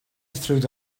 through